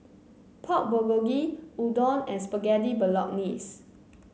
Pork Bulgogi Udon and Spaghetti Bolognese